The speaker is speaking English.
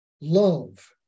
love